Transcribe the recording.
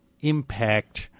impact